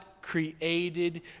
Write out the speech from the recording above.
created